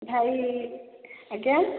ଭାଇ ଆଜ୍ଞା